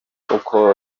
uko